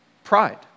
Pride